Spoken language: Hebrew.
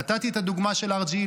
נתתי את הדוגמה של RGE,